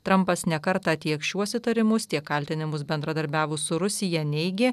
trampas ne kartą tiek šiuos įtarimus tiek kaltinimus bendradarbiavus su rusija neigė